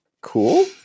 cool